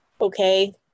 okay